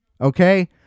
okay